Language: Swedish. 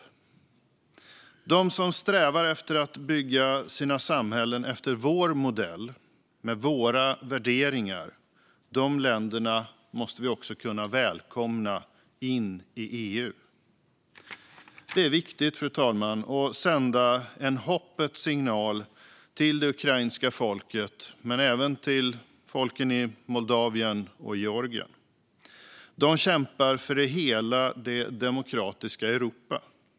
De länder som strävar efter att bygga sina samhällen efter vår modell med våra värderingar måste vi också kunna välkomna in i EU. Det är viktigt, fru talman, att sända en hoppets signal till det ukrainska folket men även till folken i Moldavien och i Georgien. De kämpar för hela det demokratiska Europa.